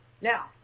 Now